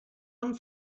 one